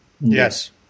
Yes